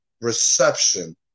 reception